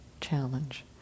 challenge